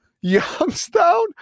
youngstown